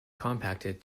compacted